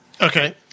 Okay